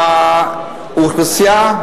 שהאוכלוסייה,